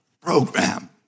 program